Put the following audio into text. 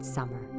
Summer